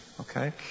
okay